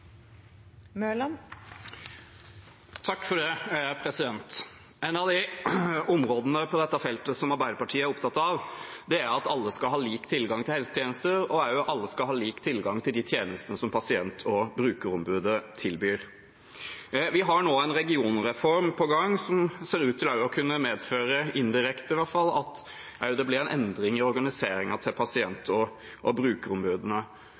opptatt av, er at alle skal ha lik tilgang til helsetjenester, og at alle skal ha lik tilgang til de tjenestene som pasient- og brukerombudet tilbyr. Vi har nå en regionreform på gang som ser ut til også å kunne medføre, i hvert fall indirekte, at det blir en endring i organiseringen av pasient- og